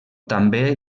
també